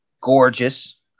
gorgeous